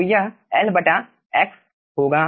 तो वह Lx होगा